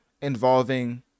involving